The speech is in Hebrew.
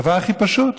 דבר הכי פשוט.